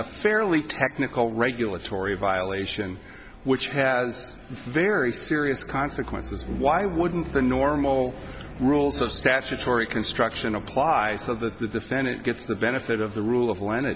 a fairly technical regulatory violation which has very serious consequences why wouldn't the normal rules of statutory construction applies of the defendant gets the benefit of the rule of le